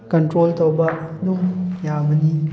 control ꯇꯧꯕ ꯑꯗꯨꯝ ꯌꯥꯕꯅꯤ